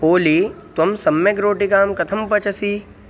ओली त्वं सम्यक् रोटिकां कथं पचसि